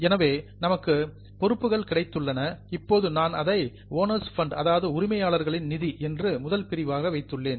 எனவே நமக்கு லியாபிலிடிஸ் பொறுப்புகள் கிடைத்துள்ளன இப்போது நான் அதை ஓனர்ஸ் ஃபண்ட் உரிமையாளர்களின் நிதி என்று முதல் பிரிவாக வைத்துள்ளேன்